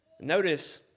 Notice